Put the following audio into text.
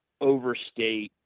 overstate